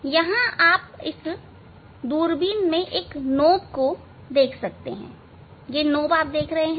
यहाँ आप इस दूरबीन में एक नॉब को देख सकते हैं